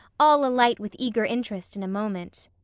all alight with eager interest in a moment.